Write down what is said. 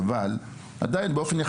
אבל גם כשאנחנו מדברים על החברה הבדואית,